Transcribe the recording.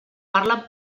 parlen